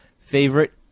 favorite